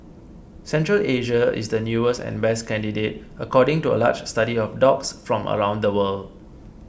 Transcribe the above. Central Asia is the newest and best candidate according to a large study of dogs from around the world